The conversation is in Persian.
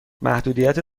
محدودیت